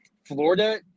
Florida